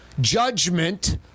judgment